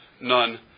none